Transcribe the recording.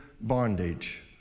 bondage